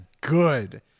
good